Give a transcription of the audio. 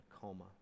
coma